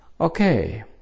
Okay